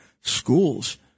schools